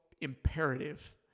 imperative